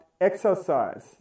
exercise